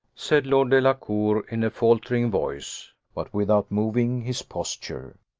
said lord delacour, in a faltering voice, but without moving his posture.